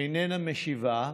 איננה משיבה,